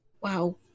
Wow